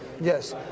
Yes